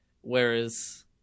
Whereas